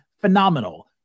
phenomenal